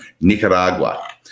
Nicaragua